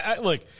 Look